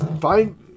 fine